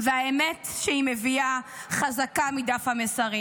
והאמת שהיא מביאה חזקה מדף המסרים.